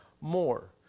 more